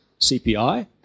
CPI